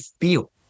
feel